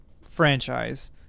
franchise